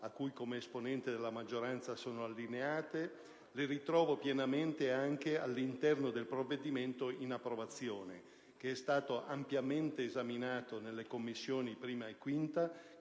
cui come esponente della maggioranza sono allineato, le ritrovo pienamente anche all'interno del provvedimento in approvazione, che è stato ampiamente esaminato nelle Commissioni 1a e 5a, che